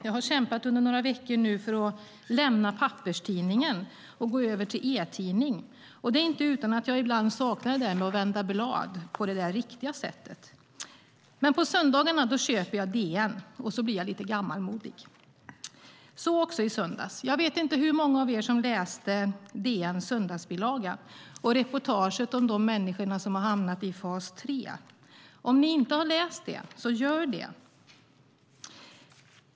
Jag har kämpat under några veckor nu för att lämna papperstidningen och gå över till e-tidning, och det är inte utan att jag ibland saknar det där med att vända blad på det riktiga sättet. Men på söndagarna köper jag DN och blir lite gammalmodig. Så gjorde jag också i söndags. Jag vet inte hur många av er som läste DN:s söndagsbilaga och reportaget om de människor som hamnat i fas 3. Om ni inte läst det, så gör det.